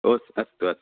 ओ अस्तु अस्तु